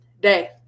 day